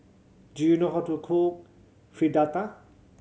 do you know how to cook Fritada